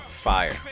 Fire